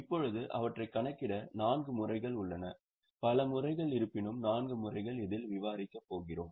இப்போது அவற்றைக் கணக்கிட நான்கு முறைகள் உள்ளன பல முறைகள் இருப்பினும் நான்கு முறைகள் இதில் விவாதிக்கப் போகிறோம்